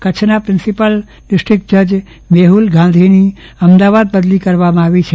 કચ્છના principal district જજ મેફ્લ ગાંધીની અમદાવાદ બદલી કરવામાં આવી છે